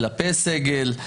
כלפי סגל.